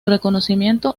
reconocimiento